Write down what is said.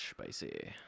spicy